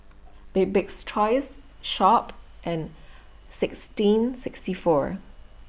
Bibik's Choice Sharp and sixteen sixty four